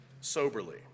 soberly